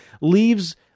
leaves